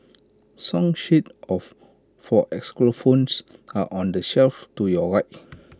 song sheets of for xylophones are on the shelf to your right